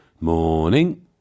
Morning